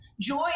Joy